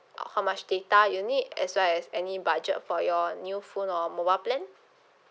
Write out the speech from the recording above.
uh how much data you need as well as any budget for your new phone or mobile plan